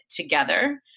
together